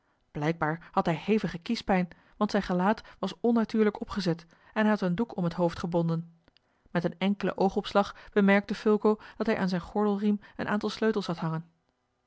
blijkbaar had hij hevige kiespijn want zijn gelaat was onnatuurlijk opgezet en hij had een doek om het hoofd gebonden met een enkelen oogopslag bemerkte fulco dat hij aan zijn gordelriem een aantal sleutels had hangen